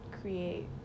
create